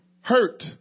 hurt